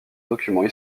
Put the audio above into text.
documents